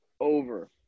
Over